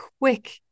quick